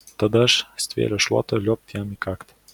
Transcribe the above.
tada aš stvėręs šluotą liuobt jam į kaktą